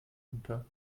unter